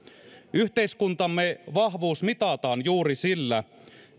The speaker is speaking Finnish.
yhteiskuntamme vahvuus mitataan juuri sillä